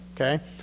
okay